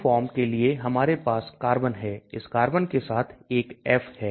Fluoroform के लिए हमारे पास कार्बन है इस कार्बन के साथ एक F है